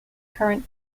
current